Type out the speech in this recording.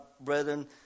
brethren